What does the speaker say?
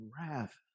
wrath